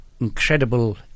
incredible